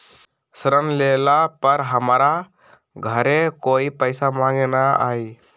ऋण लेला पर हमरा घरे कोई पैसा मांगे नहीं न आई?